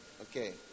Okay